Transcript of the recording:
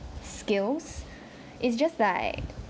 skills it's just like